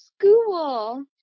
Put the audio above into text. school